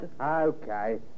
Okay